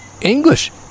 English